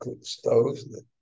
stoves